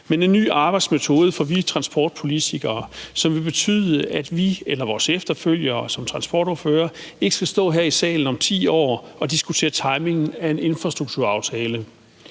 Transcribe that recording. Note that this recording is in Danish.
men en ny arbejdsmetode for os transportpolitikere, som vil betyde, at vi eller vores efterfølgere som transportordførere ikke skal stå her i salen om 10 år og diskutere timingen af en infrastrukturaftale.